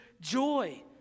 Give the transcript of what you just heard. joy